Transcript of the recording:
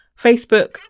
Facebook